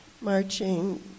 marching